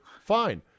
fine